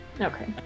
Okay